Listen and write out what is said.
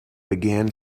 began